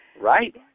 Right